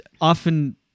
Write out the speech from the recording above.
often